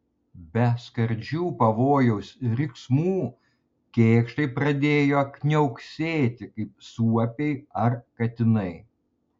be skardžių pavojaus riksmų kėkštai pradėjo kniauksėti kaip suopiai ar katinai